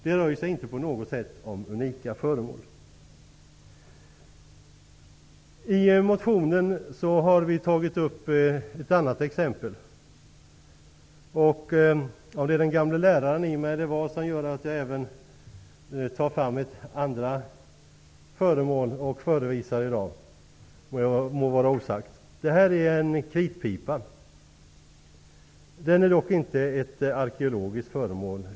Det rör ju sig inte på något sätt om unika föremål. I motionen har vi tagit upp ett annat exempel. Om det är den gamle läraren i mig som gör att jag i dag tar fram ett andra föremål till förevisning må vara osagt. Detta är en kritpipa. Den är dock inte ett arkeologiskt föremål.